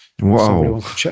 Wow